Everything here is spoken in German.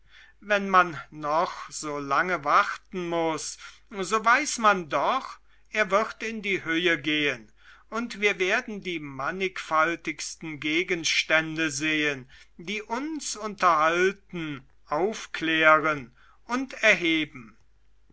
wenn man noch so lange warten muß so weiß man doch er wird in die höhe gehen und wir werden die mannigfaltigsten gegenstände sehen die uns unterhalten aufklären und erheben